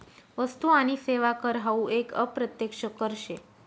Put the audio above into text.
वस्तु आणि सेवा कर हावू एक अप्रत्यक्ष कर शे